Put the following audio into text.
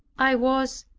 i was,